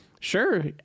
Sure